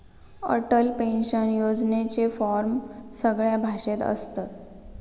Atal pension योजनेचे form सगळ्या भाषेत असत